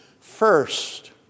First